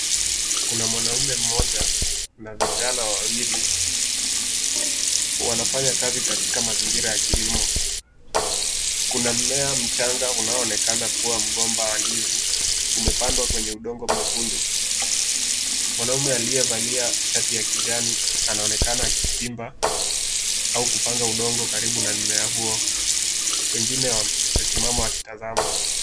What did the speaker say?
Kuna mwanaume mmoja na vijana wawili. Wanafanya kazi katika mazingira ya kilimo. Kuna mmea mchanga unaoonekana kuwa mgomba wa ndizi. Umepandwa kwenye udongo mwekundu. Mwanaume aliyevalia shati ya kijani anaonekana akichimba au kupanga udongo karibu na mmea huo ,wengine wamesimama wakitazama.